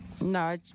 no